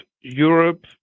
Europe